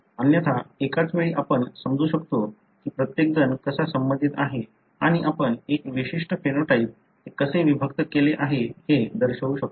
अन्यथा एकाच वेळी आपण समजू शकतो की प्रत्येकजण कसा संबंधित आहे आणि आपण एक विशिष्ट फेनोटाइप ते कसे विभक्त केले आहे ते दर्शवू शकतो